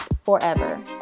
forever